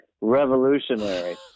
revolutionary